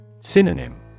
Synonym